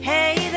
Hey